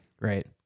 Right